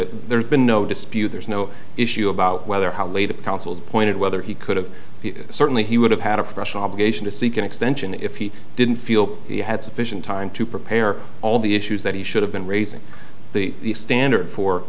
that there's been no dispute there's no issue about whether how late it counsels pointed whether he could have certainly he would have had a professional obligation to seek an extension if he didn't feel he had sufficient time to prepare all the issues that he should have been raising the standard for